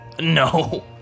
No